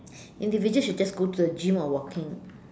individuals you just go to the gym or walking